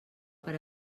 per